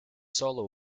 solo